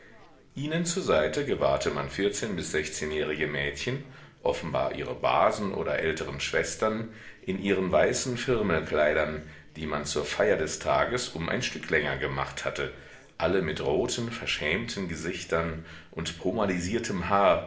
ihnen zur seite gewahrte man vierzehn bis sechzehnjährige mädchen offenbar ihre basen oder älteren schwestern in ihren weißen firmelkleidern die man zur feier des tages um ein stück länger gemacht hatte alle mit roten verschämten gesichtern und pomadisiertem haar